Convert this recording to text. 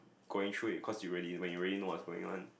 going through it cause you really when you already know what's going on